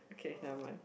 okay never mind